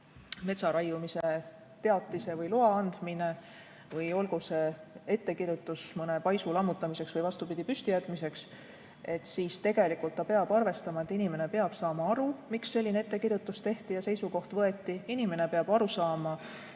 metsaraiumise teatise või loa andmine või ettekirjutus mõne paisu lammutamiseks, või vastupidi, püsti jätmiseks, siis tegelikult ta peab arvestama, et inimene peab saama aru, miks selline ettekirjutus tehti ja seisukoht võeti, inimene peab saama